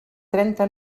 trenta